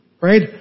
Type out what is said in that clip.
right